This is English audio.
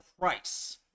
price